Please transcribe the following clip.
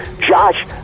Josh